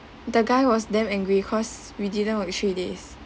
the guy was damn angry cause we didn't work three days